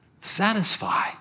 satisfy